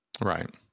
Right